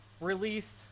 Released